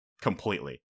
completely